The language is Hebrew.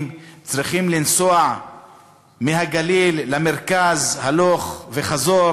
צריכים לנסוע מהגליל למרכז הלוך וחזור,